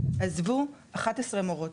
עזבו 11 מורות,